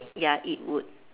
ya it would